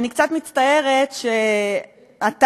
אני קצת מצטערת שאתה,